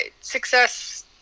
success